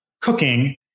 cooking